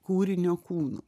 kūrinio kūnu